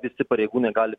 visi pareigūnai gali